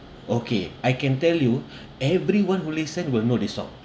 okay I can tell you everyone who listen will know this song